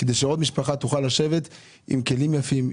כדי שעוד משפחה תוכל לשבת עם כלים יפים,